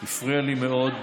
הפריע לי מאוד.